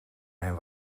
mijn